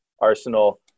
Arsenal